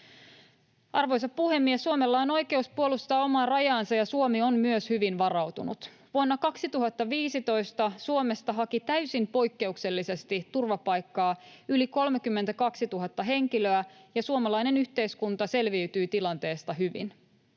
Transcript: Arvoisa puhemies! Suomella on oikeus puolustaa omaa rajaansa, ja Suomi on myös hyvin varautunut. Vuonna 2015 Suomesta haki täysin poikkeuksellisesti turvapaikkaa yli 32 000 henkilöä, ja suomalainen yhteiskunta selviytyi tilanteesta hyvin.